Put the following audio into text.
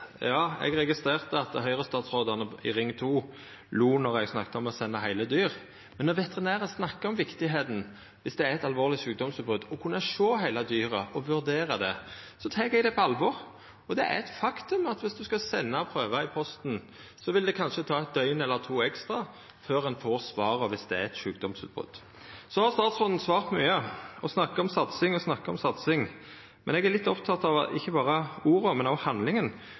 Eg registrerte at Høgre-statsrådane i «ring to» lo då eg snakka om å senda heile dyr. Men når veterinærane, om det er eit sjukdomsutbrot, snakkar om viktigheita av å kunna sjå heile dyret og vurdera det, tek eg det på alvor. Det er eit faktum at om ein skal senda prøver i posten, vil det kanskje ta eit døgn eller to ekstra før ein får svar på om det er eit sjukdomsutbrot. Så har statsråden svart mykje og snakka om satsing. Eg er ikkje berre oppteken av orda, men òg av handlinga.